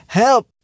help